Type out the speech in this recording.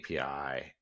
API